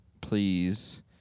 Please